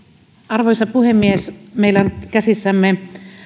arvoisa puhemies meillä on käsissämme